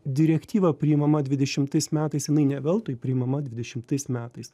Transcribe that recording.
direktyva priimama dvidešimtais metais jinai ne veltui priimama dvidešimtais metais